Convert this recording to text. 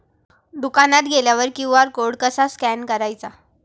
दुकानात गेल्यावर QR code कसा स्कॅन करायचा?